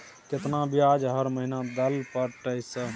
केतना ब्याज हर महीना दल पर ट सर?